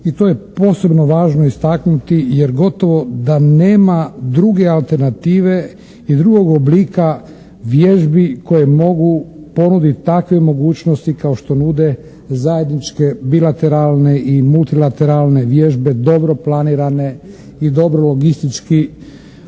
I to je posebno važno istaknuti jer gotovo da nema druge alternative i drugog oblika vježbi koje mogu ponudit takve mogućnosti kao što nude zajedničke bilateralne i multilateralne vježbe dobro planirane i dobro logistički